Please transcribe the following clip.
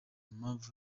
impamvu